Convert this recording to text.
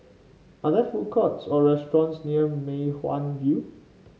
are there food courts or restaurants near Mei Hwan View